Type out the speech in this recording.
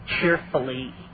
cheerfully